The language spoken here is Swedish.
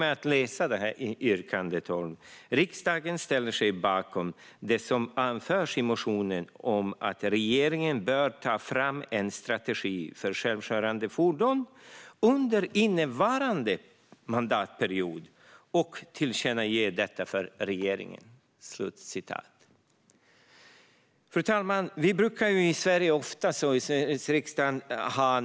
Jag tänkte läsa detta yrkande: "Riksdagen ställer sig bakom det som anförs i motionen om att regeringen bör ta fram en strategi för självkörande fordon under innevarande mandatperiod och tillkännager detta för regeringen." Fru talman!